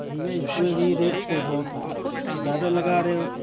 بھیا اس میں بھی ریٹ تو بہت زیادہ لگا رہے ہو